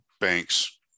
banks